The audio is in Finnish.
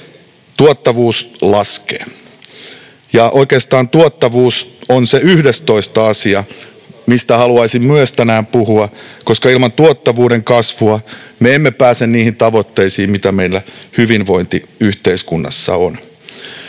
tuottavuus laskee. Ja oikeastaan tuottavuus on se 11. asia, mistä haluaisin myös tänään puhua, koska ilman tuottavuuden kasvua me emme pääse niihin tavoitteisiin, mitä meillä hyvinvointiyhteiskunnassa on.